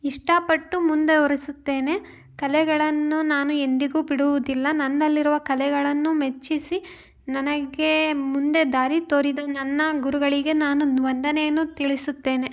ಇಷ್ಟಪಟ್ಟು ಮುಂದುವರಿಸುತ್ತೇನೆ ಕಲೆಗಳನ್ನು ನಾನು ಎಂದಿಗೂ ಬಿಡುವುದಿಲ್ಲ ನನ್ನಲ್ಲಿರುವ ಕಲೆಗಳನ್ನು ಮೆಚ್ಚಿಸಿ ನನಗೆ ಮುಂದೆ ದಾರಿ ತೋರಿದ ನನ್ನ ಗುರುಗಳಿಗೆ ನಾನು ನ್ದ್ ವಂದನೆಯನ್ನು ತಿಳಿಸುತ್ತೇನೆ